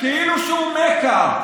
כאילו שהוא מכה,